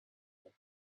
went